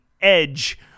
edge